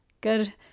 Good